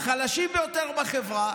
החלשים ביותר בחברה